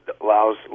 allows